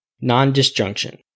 Non-disjunction